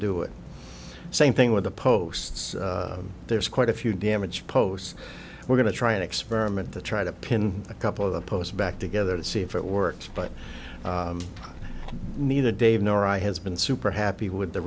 do it same thing with the posts there's quite a few damage posts we're going to try an experiment to try to pin a couple of the posts back together to see if it works but neither dave nor i has been super happy with the